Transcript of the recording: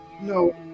No